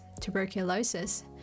tuberculosis